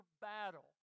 battle